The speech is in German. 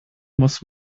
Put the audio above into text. muss